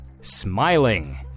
smiling